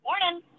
Morning